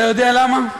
אתה יודע למה?